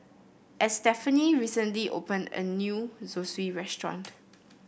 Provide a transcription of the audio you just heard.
Estefany recently opened a new Zosui restaurant